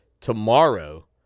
tomorrow